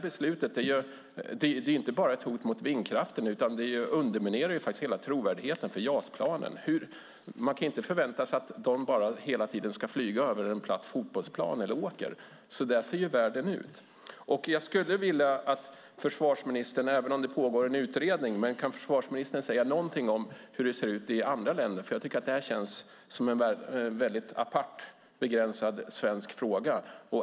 Beslutet är inte bara ett hot mot vindkraften, utan det underminerar hela trovärdigheten för JAS-planen. Man kan ju inte förvänta sig att de hela tiden ska flyga över en platt fotbollsplan eller en åker. Så ser ju världen ut! Jag skulle vilja att försvarsministern, även om det pågår en utredning, säger någonting om hur det ser ut i andra länder. Det här känns som en apart, begränsad svensk fråga.